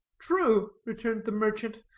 true, returned the merchant,